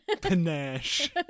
Panache